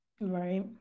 right